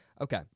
Okay